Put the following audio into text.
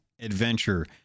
adventure